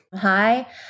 Hi